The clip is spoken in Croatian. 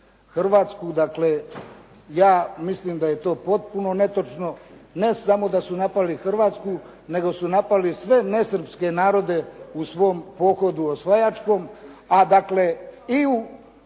Hrvatsku. Dakle, ja mislim da je to potpuno netočno. Ne samo da su napali Hrvatsku, nego su napali sve nesrpske narode u svom pohodu osvajačkom. A dakle, i u